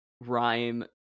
rhyme